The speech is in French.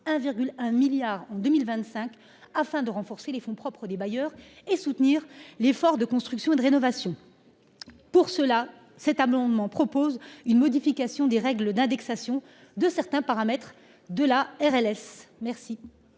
1,1 milliard en 2025, afin de renforcer les fonds propres des bailleurs et de soutenir l’effort de construction et de rénovation. Aussi, cet amendement tend à modifier les règles d’indexation de certains paramètres de la RLS.